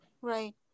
Right